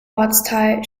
ortsteil